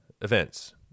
events